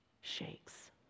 shakes